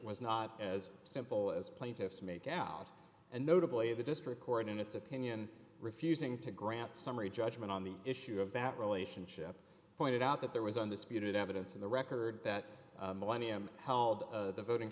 was not as simple as plaintiffs make out and notably the district court in its opinion refusing to grant summary judgment on the issue of that relationship pointed out that there was on this butin evidence in the record that millennium held the voting